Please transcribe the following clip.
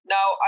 Now